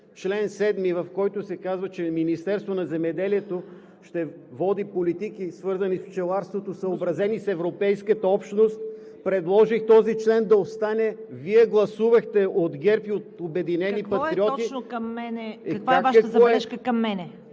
чл. 7, в който се казва, че Министерството на земеделието ще води политики, свързани с пчеларството, съобразени с европейската общност, предложих този член на остане, Вие гласувахте – от ГЕРБ и от „Обединени патриоти“… ПРЕДСЕДАТЕЛ ЦВЕТА КАРАЯНЧЕВА: Какво е точно към мен? Каква е Вашата забележка към мен?